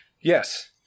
Yes